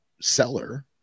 seller